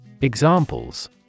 Examples